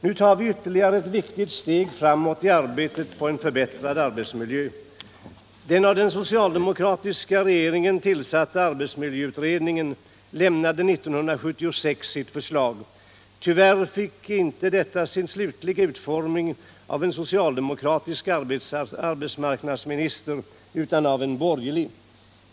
Nu tar vi ytterligare ett viktigt steg framåt i arbetet på en förbättrad arbetsmiljö. Den av den socialdemokratiska regeringen tillsatta arbetsmiljöutredningen lämnade 1976 sitt förslag. Tyvärr fick inte detta sin slutliga utformning av en socialdemokratisk arbetsmarknadsminister utan av en borgerlig.